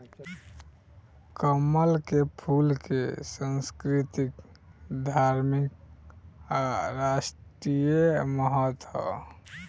कमल के फूल के संस्कृतिक, धार्मिक आ राष्ट्रीय महत्व ह